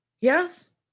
Yes